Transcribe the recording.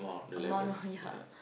amount of ya